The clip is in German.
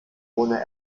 ohne